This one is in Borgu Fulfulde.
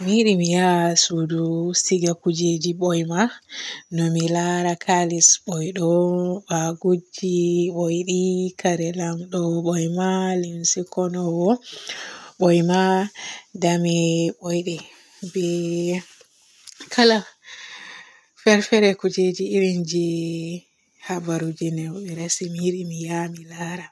Mi yiɗi mi yaa suudu siiga kujeji boyma. No mi laara kalis boyɗo, bagojji boydi, kare lamɗo boyma, limse koonu woo boyma da mi boydi be kala fer fere kujeji irin je habaru ji nde be resi mi ya mi laara.